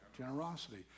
generosity